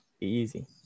easy